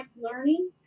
learning